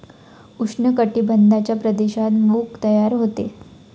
उष्ण कटिबंधाच्या प्रदेशात मूग तयार होते